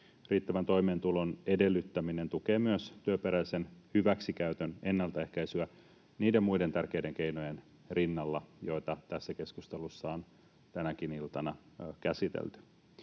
Riittävän toimeentulon edellyttäminen tukee myös työperäisen hyväksikäytön ennaltaehkäisyä niiden muiden tärkeiden keinojen rinnalla, joita tässä keskustelussa on tänäkin iltana käsitelty.